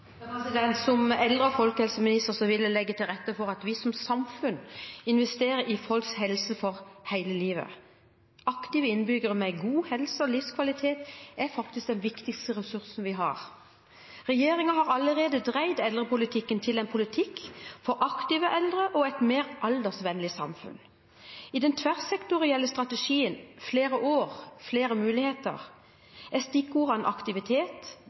Som eldre- og folkehelseminister vil jeg legge til rette for at vi som samfunn investerer i folks helse for hele livet. Aktive innbyggere med god helse og livskvalitet er faktisk den viktigste ressursen vi har. Regjeringen har allerede dreid eldrepolitikken til å være en politikk for aktive eldre og et mer aldersvennlig samfunn. I den tverrsektorielle strategien «Flere år – flere muligheter» er stikkordene aktivitet,